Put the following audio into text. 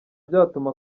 byatuma